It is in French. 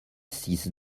six